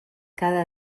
cada